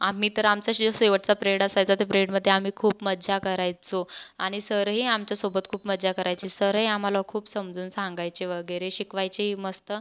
आम्ही तर आमचा शे शेवटचा प्रेड असायचा त्या प्रेडमधे आम्ही खूप मज्जा करायचो आणि सरही आमच्यासोबत खूप मज्जा करायचे सरही आम्हाला खूप समजून सांगायचे वगैरे शिकवायचेही मस्त